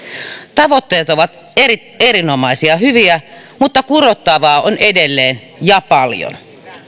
tavoitteet ovat erinomaisia ja hyviä mutta kurottavaa on edelleen ja paljon